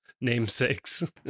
namesakes